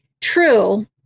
true